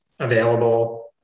Available